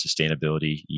sustainability